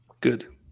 Good